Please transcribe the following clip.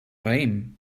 raïm